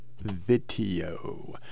video